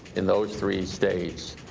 in those three states,